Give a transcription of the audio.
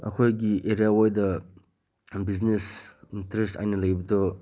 ꯑꯩꯈꯣꯏꯒꯤ ꯑꯦꯔꯤꯌꯥꯋꯥꯏꯗ business interest ꯑꯩꯅ ꯂꯩꯕꯗꯣ